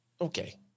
Okay